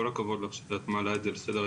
כל הכבוד לך שאת מעלה את זה לסדר-היום,